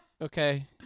Okay